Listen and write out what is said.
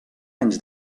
anys